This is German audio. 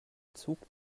zug